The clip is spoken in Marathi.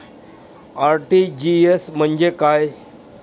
आर.टी.जी.एस म्हणजे काय?